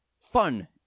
fun